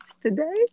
today